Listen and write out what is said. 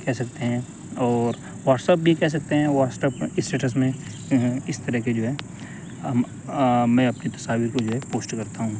کہہ سکتے ہیں اور واٹسپ بھی کہہ سکتے ہیں واٹسپ اسٹیٹس میں اس طرح کی جو ہے میں اپنی تصاویر کو جو ہے پوسٹ کرتا ہوں